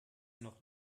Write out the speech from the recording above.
noch